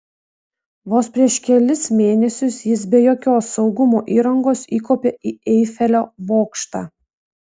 vos prieš kelis mėnesius jis be jokios saugumo įrangos įkopė į eifelio bokštą